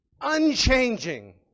Unchanging